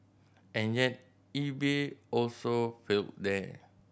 and yet eBay also failed there